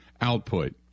Output